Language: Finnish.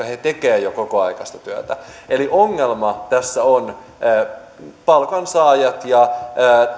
he tekevät jo kokoaikaista työtä eli ongelma tässä ovat palkansaajat ja